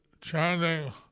chanting